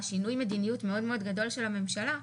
שינוי מדיניות מאוד מאוד גדול של הממשלה,